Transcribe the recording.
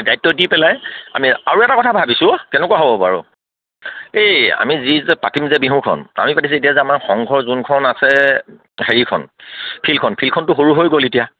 দায়িত্ব দি পেলাই আমি আৰু এটা কথা ভাবিছোঁ কেনেকুৱা হ'ব বাৰু এই আমি যি যে পাতিম যে বিহুখন আমি পাতিছোঁ এতিয়া যে আমাৰ সংঘৰ যোনখন আছে হেৰিখন ফিল্ডখন ফিল্ডখনটো সৰু হৈ গ'ল এতিয়া